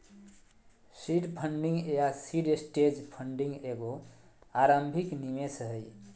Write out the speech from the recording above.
seed funding या seed stage funding एगो आरंभिक निवेश हइ